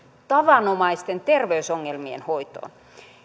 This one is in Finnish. tavanomaisten terveysongelmien hoitoon